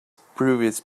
previous